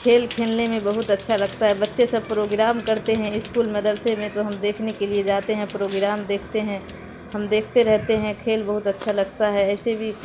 کھیل کھیلنے میں بہت اچھا لگتا ہے بچے سب پروگرام کرتے ہیں اسکول مدرسے میں تو ہم دیکھنے کے لیے جاتے ہیں پروگرام دیکھتے ہیں ہم دیکھتے رہتے ہیں کھیل بہت اچھا لگتا ہے ایسے بھی